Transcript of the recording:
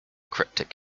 cryptic